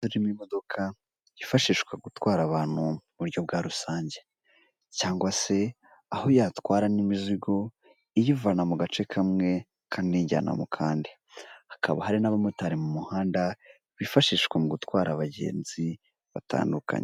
Urimo imodoka yifashishwa gutwara abantu mu buryo bwa rusange, cyangwa se aho yatwara n'imizigo iyivana mu gace kamwe ikayijyana mu kandi, hakaba hari n'abamotari mu muhanda bifashishwa mu gutwara abagenzi batandukanye.